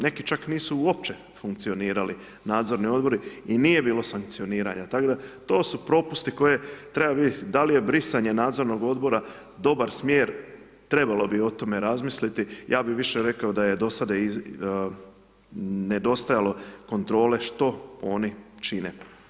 Neki čak nisu uopće funkcionirali nadzorni odbori i nije bilo sankcioniranja, tako da, to su propusti koje treba vidit da li je brisanje nadzornog odbora dobar smjer, trebalo bi o tome razmisliti, ja bi više rekao da je do sada nedostajalo kontrole što oni čine.